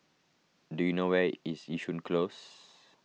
do you know where is Yishun Close